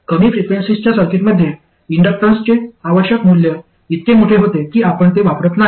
कमी फ्रिक्वेन्सीच्या सर्किटमध्ये इंडक्टन्सचे आवश्यक मूल्य इतके मोठे होते की आपण ते वापरत नाही